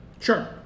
Sure